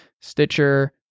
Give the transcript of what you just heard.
Stitcher